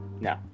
No